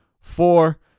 Four